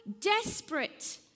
desperate